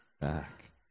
back